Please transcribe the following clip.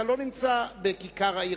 אתה לא נמצא בכיכר העיר.